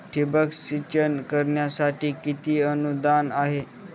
ठिबक सिंचन करण्यासाठी किती अनुदान आहे?